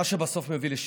מה שבסוף מביא לשיתוק.